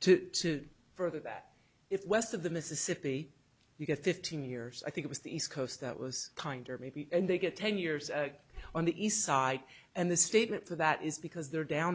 to further that if west of the mississippi you get fifteen years i think it was the east coast that was kinder maybe and they get ten years on the east side and the statement to that is because they're down